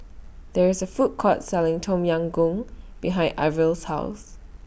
There IS A Food Court Selling Tom Yam Goong behind Ivey's House